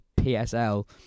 PSL